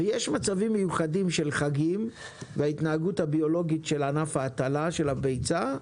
יש מצבים מיוחדים בחגים עקב ההתנהגות הביולוגית של ענף ההטלה של הביצה,